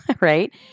right